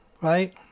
right